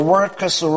Worker's